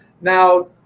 Now